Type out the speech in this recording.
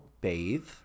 bathe